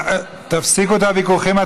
אני, תפסיקו את הוויכוחים.